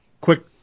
quick